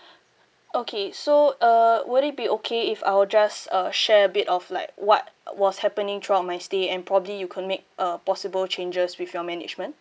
okay so uh would it be okay if I will just uh share a bit of like what what was happening throughout my stay and probably you could make uh possible changes with your management